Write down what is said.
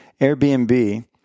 Airbnb